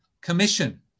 commission